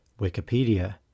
Wikipedia